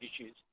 issues